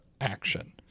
action